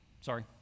Sorry